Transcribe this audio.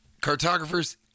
Cartographers